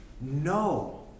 No